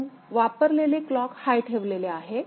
म्हणून वापरलेले clock high ठेवले आहे